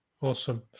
Awesome